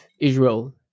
Israel